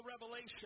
revelation